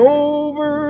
over